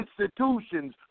institutions